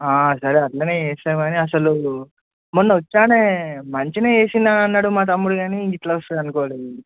సరే అట్లనే చేసినాం కానీ అసలు మొన్న వచ్చినాను మంచిగా చేసినా అన్నాడు మా తమ్ముడు కానీ ఇట్ల వస్తుంది అనుకోలేదు